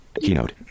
Keynote